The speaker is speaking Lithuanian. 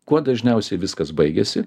kuo dažniausiai viskas baigiasi